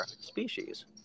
species